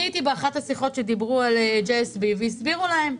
הייתי באחת השיחות כשדיברו על JSB והסבירו להם.